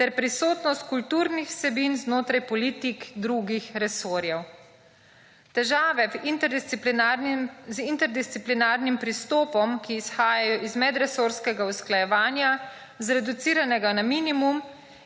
ter prisotnost kulturnih vsebin znotraj politik drugih resorjev. Težave z interdisciplinarnim pristopom, ki izhajajo iz medresorskega usklajevanja, zreduciranega na minimum,